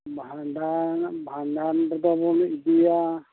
ᱵᱷᱟᱸᱰᱟᱱ ᱵᱷᱟᱸᱰᱟᱱ ᱨᱮᱫᱚ ᱵᱚᱱ ᱤᱫᱤᱭᱟ